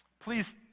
please